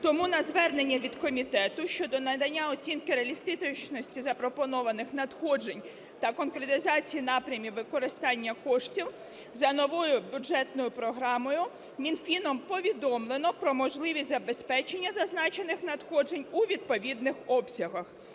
тому на звернення від комітету щодо надання оцінки реалістичності запропонованих надходжень та конкретизації напрямів використання коштів за новою бюджетною програмою Мінфіном повідомлено про можливість забезпечення зазначених надходжень у відповідних обсягах,